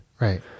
right